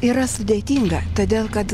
yra sudėtinga todėl kad